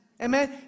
Amen